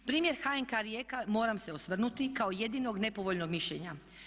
Primjer HNK Rijeka moram se osvrnuti kao jedinog nepovoljnog mišljenja.